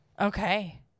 Okay